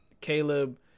Caleb